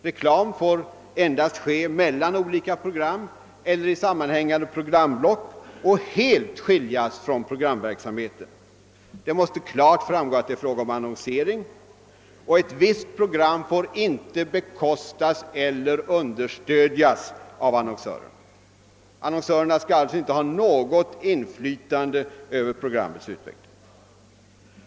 Reklam får endast sändas mellan olika program eller i sam .manhängande programblock och helt skiljas från programverksamheten. Det måste klart framgå att det är fråga om annonsering, och ett visst program får inte bekostas eller understödjas av annonsörerna. Dessa skall alltså inte ha något inflytande över programmens utformning.